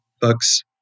books